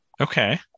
Okay